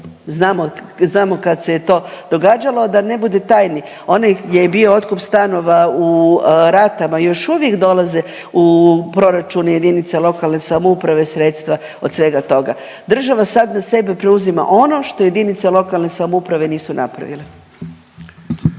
znamo kad se je to događalo da ne bude tajni, onaj gdje je bio otkup stanova u ratama još uvijek dolazi u proračun jedinice lokalne samouprave sredstva od svega toga. Država sad na sebe preuzima ono što jedinice lokalne samouprave nisu napravile.